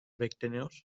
bekleniyor